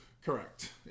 Correct